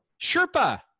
Sherpa